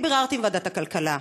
אני ביררתי עם ועדת הכלכלה.